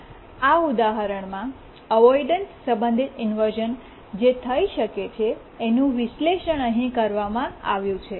આ જ ઉદાહરણમાં અવોઇડન્સ સંબંધિત ઇન્વર્શ઼ન જે થઈ શકે છે એનું વિશ્લેષણ અહીં કરવામાં આવ્યું છે